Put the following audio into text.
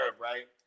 right